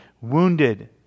wounded